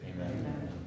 Amen